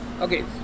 Okay